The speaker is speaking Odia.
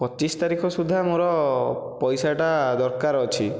ପଚିଶ ତାରିଖ ସୁଦ୍ଧା ମୋର ପଇସାଟା ଦରକାର ଅଛି